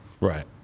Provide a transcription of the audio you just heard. Right